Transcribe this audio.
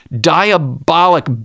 diabolic